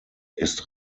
ist